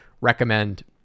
recommend